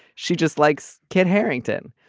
she just likes kid harrington.